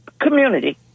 community